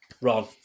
Ron